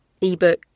ebook